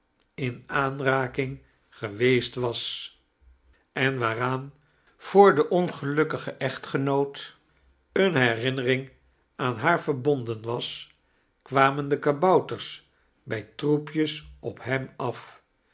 in aanraking geweest was en waaraan voor den ongelukkdgen echtgenoot eene herinnering aan haar verbonden was kwamen de kabouters bij troepjes op hem af